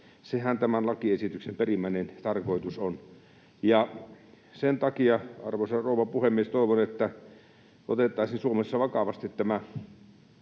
Sehän tämän lakiesityksen perimmäinen tarkoitus on, ja sen takia, arvoisa rouva puhemies, toivon, että otettaisiin Suomessa vakavasti tämä